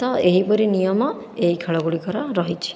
ତ ଏହିପରି ନିୟମ ଏହି ଖେଳଗୁଡ଼ିକର ରହିଛି